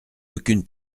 aucune